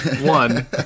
one